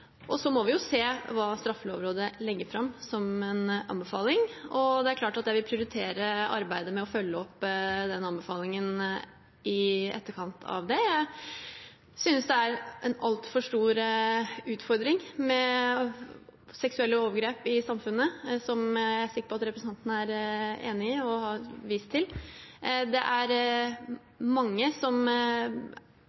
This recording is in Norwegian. se hva Straffelovrådet legger fram som en anbefaling, men det er klart at jeg vil prioritere arbeidet med å følge opp den anbefalingen i etterkant av det. Jeg synes det er en altfor stor utfordring med seksuelle overgrep i samfunnet, noe som jeg er sikker på at representanten er enig i, og som han har vist til. Det er